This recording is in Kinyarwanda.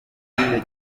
utegereje